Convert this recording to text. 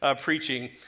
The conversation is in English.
preaching